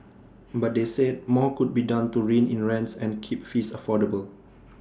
but they said more could be done to rein in rents and keep fees affordable